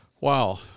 Wow